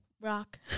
rock